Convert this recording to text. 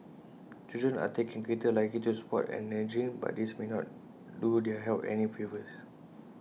children are taking greater luggages to sports and energy but these may not do their health any favours